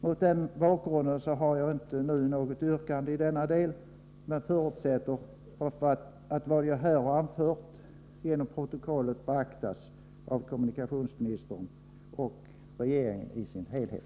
Mot den bakgrunden har jag inte nu något yrkande i denna del, men jag förutsätter att vad jag här har anfört genom protokollet beaktas av kommunikationsministern och regeringen i sin helhet.